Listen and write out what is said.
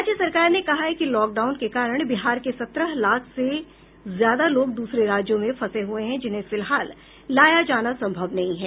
राज्य सरकार ने कहा है कि लॉक डाउन के कारण बिहार के सत्रह लाख से ज्यादा लोग दूसरे राज्यों में फंसे हुए हैं जिन्हें फिलहाल लाया जाना संभव नहीं है